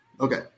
Okay